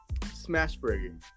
Smashburger